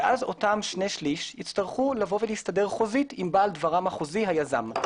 ואז אותם שני שליש יצטרכו להסתדר חוזית עם בעל דברם החוזי היזם.